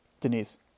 Denise